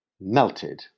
melted